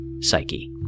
psyche